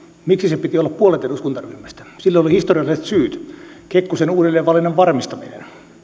miksi sen piti olla puolet eduskuntaryhmästä sille oli historialliset syyt kekkosen uudelleenvalinnan varmistaminen